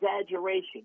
exaggeration